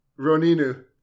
Roninu